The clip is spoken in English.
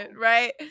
right